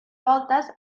voltes